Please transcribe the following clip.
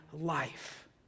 life